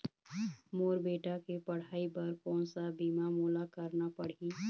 मोर बेटा के पढ़ई बर कोन सा बीमा मोला करना पढ़ही?